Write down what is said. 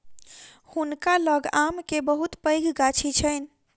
हुनका लग आम के बहुत पैघ गाछी छैन